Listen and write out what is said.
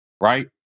Right